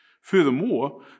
Furthermore